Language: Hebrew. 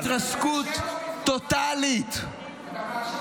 התרסקות טוטאלית --- חבר הכנסת אבוטבול.